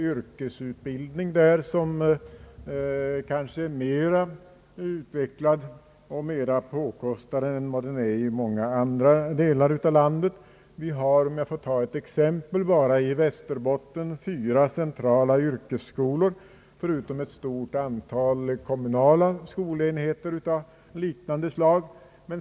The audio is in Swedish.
Yrkesutbildningen är där kanske mera utvecklad och mera påkostad än i många andra delar av landet. För att ta ett exempel kan jag nämna att vi bara i Västerbotten har fyra centrala yrkesskolor, förutom ett stort antal kommunala skolenheter av liknande slag.